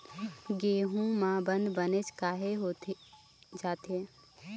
गेहूं म बंद बनेच काहे होथे जाथे?